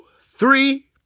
three